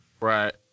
Right